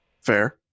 Fair